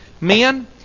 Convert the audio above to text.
men